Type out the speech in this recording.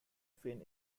fin